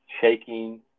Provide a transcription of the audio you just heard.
Shaking